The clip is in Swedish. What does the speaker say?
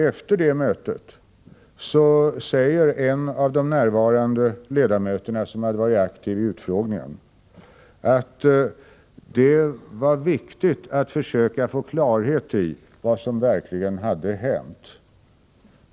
Efter det mötet säger en av de närvarande ledamöterna, som hade varit aktiv vid utfrågningen, att det var viktigt att försöka få klarhet i vad som verkligen hade hänt.